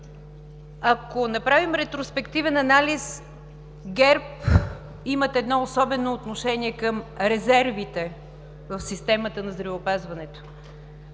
Ако направим ретроспективен анализ, ГЕРБ имат едно особено отношение към резервите в системата на здравеопазването.